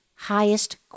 Highest